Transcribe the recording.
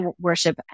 worship